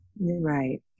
Right